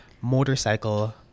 motorcycle